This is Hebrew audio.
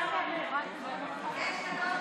יש שלוש,